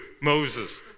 Moses